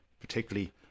particularly